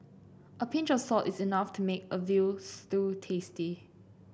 a pinch of salt is enough to make a veal stew tasty